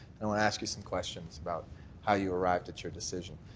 i want to ask you some questions about how you arrived at your decision.